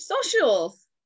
socials